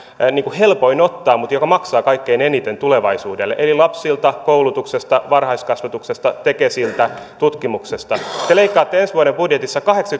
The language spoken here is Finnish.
helpoin ottaa mutta mikä maksaa kaikkein eniten tulevaisuudelle eli lapsilta koulutuksesta varhaiskasvatuksesta tekesiltä tutkimuksesta te leikkaatte ensi vuoden budjetissa